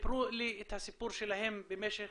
סיפרו לי את הסיפור שלהם במשך